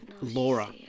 Laura